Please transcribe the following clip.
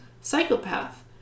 psychopath